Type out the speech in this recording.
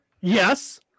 Yes